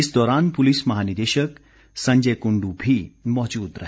इस दौरान पुलिस महानिदेशक संजय कुंडू भी मौजूद रहे